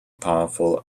powerful